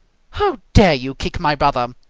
how dare you kick my brother!